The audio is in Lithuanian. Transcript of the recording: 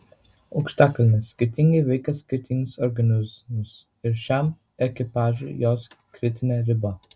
aukštikalnės skirtingai veikia skirtingus organizmus ir šiam ekipažui jos kritinė riba